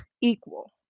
equal